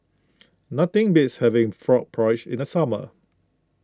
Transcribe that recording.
nothing beats having Frog Porridge in the summer